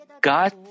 God